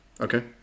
Okay